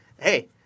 hey